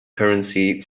currency